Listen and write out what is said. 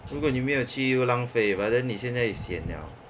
如果你没有去又浪费 but then 你现在 sian liao